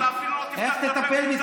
איך תטפל בי,